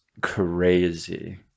crazy